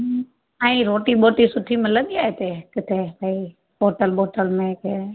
ऐं रोटी वोटी सुठी मिलंदी आहे हिते किथे भई होटल वोटल में कंहिं